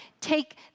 take